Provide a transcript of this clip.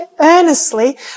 earnestly